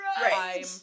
Right